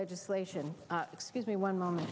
legislation excuse me one moment